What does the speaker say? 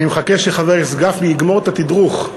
אני מחכה שחבר הכנסת גפני יגמור את התדרוך.